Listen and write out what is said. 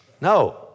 no